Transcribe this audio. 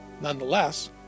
Nonetheless